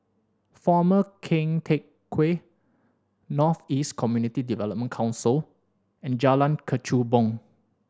Former Keng Teck Whay North East Community Development Council and Jalan Kechubong